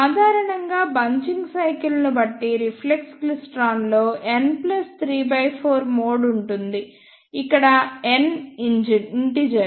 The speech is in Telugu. సాధారణంగా బంచింగ్ సైకిల్ ను బట్టి రిఫ్లెక్స్ క్లైస్ట్రాన్లో n 34 మోడ్ ఉంటుంది ఇక్కడ n ఇంటిజర్